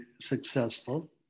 successful